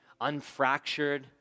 unfractured